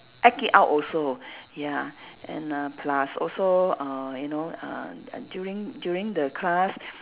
act it out also ya and uh plus also uh you know uh during during the class